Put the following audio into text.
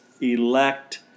elect